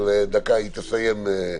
אבל דקה, היא תסיים.